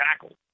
tackle